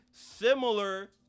Similar